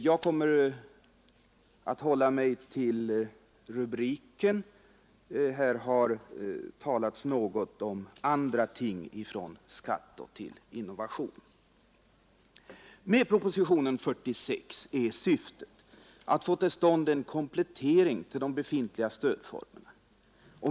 Jag kommer att hålla mig till den rubriken, här har talats något om andra ting, från skatter till innovation. Med propositionen 46 är syftet att få till stånd en komplettering till de befintliga stödformerna.